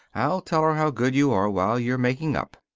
i'll tell her how good you are while you're making up.